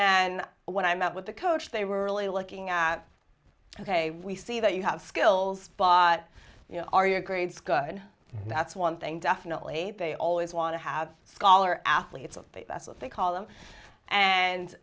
then when i met with the coach they were really looking at ok we see that you have skills you know are your grades good that's one thing definitely they always want to have scholar athletes of faith that's what they call them and